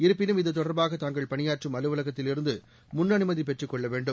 இருப்பினும் இத்தொடர்பாக தங்கள் பணியாற்றும் அலுவலகத்திலிருந்து முன்அனுமதி பெற்றுக் கொள்ள வேண்டும்